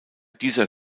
dieser